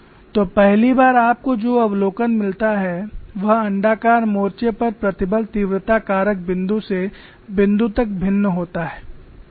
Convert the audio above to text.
तो पहली बार आपको जो अवलोकन मिलता है वह अण्डाकार मोर्चे पर प्रतिबल तीव्रता कारक बिंदु से बिंदु तक भिन्न होता है